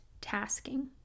tasking